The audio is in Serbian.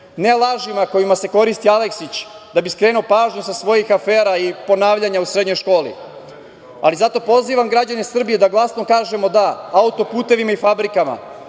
ne lažima kojima se koristi Aleksić da bi skrenuo pažnju sa svojih afera i ponavljanja u srednjoj školi, ali zato pozivam građane Srbije da glasno kažemo da autoputevima i fabrikama,